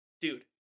dude